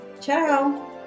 ciao